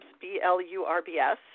B-L-U-R-B-S